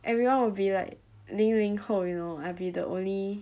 everyone will be like 零零后 you know I'll be the only